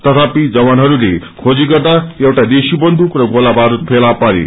तथापि जवानहरूले खेजी गर्दा एउआ देशी बन्दूक र गोला बास्टद फेला पारे